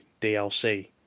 dlc